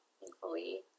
thankfully